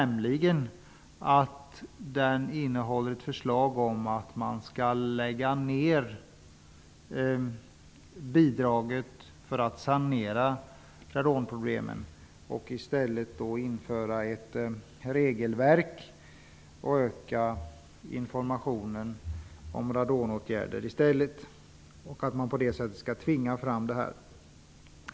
Den innehåller nämligen ett förslag om att slopa bidraget för sanering av radon och i stället införa ett regelverk och öka informationen om åtgärder mot radon. På så sätt skall man tvinga fram en sanering.